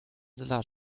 salat